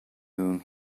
whom